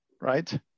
right